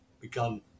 begun